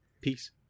peace